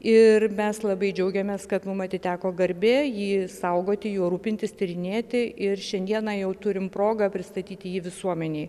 ir mes labai džiaugiamės kad mum atiteko garbė jį saugoti juo rūpintis tyrinėti ir šiandieną jau turim progą pristatyti jį visuomenei